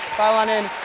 file on in.